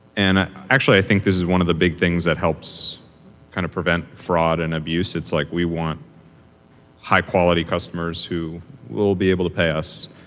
and ah actually, i think this is one of the big things that helps kind of prevent fraud and abuse. it's like we want high quality customers who will be able to pay us.